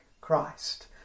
Christ